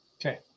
Okay